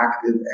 active